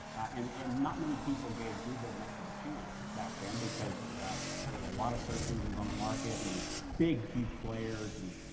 and and not many people gave google much of a chance back then, because yeah there were a lot of search engines on the market and big, huge players. and